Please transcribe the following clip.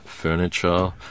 furniture